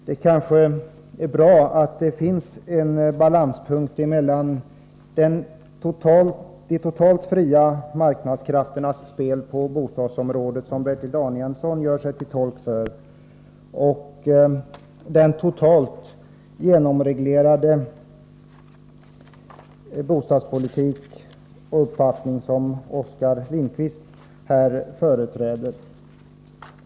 Det kanske är bra att det finns en balanspunkt mellan de totalt fria marknadskrafternas spel på bostadsområdet, som Bertil Danielsson gör sig till tolk för, och den totalt genomreglerade bostadspolitik som Oskar Lindkvist företräder.